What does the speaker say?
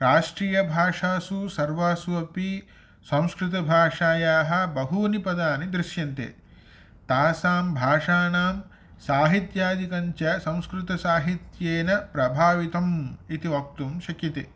राष्ट्रीयभाषासु सर्वासु अपि संस्कृतभाषायाः बहूनि पदानि दृश्यन्ते तासां भाषाणां साहित्यादिकञ्च संस्कृतसाहित्येन प्रभावितम् इति वक्तुं शक्यते